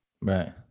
Right